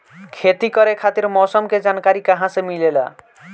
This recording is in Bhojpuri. खेती करे खातिर मौसम के जानकारी कहाँसे मिलेला?